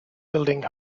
building